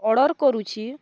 order କରୁଛି